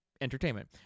entertainment